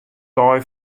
dei